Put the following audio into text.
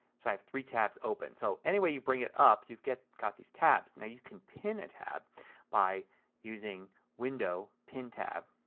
so i have three tabs open. so anyway you bring it up you've got these tabs. now you can pin a tab by using window, pin tab,